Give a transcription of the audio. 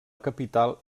capital